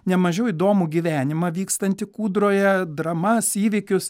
nemažiau įdomų gyvenimą vykstantį kūdroje dramas įvykius